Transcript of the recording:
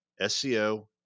SEO